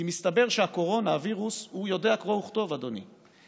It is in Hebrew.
כי מסתבר שווירוס הקורונה יודע קרוא וכתוב, אדוני: